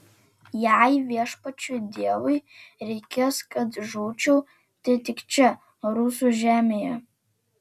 jei viešpačiui dievui reikės kad žūčiau tai tik čia rusų žemėje